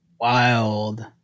wild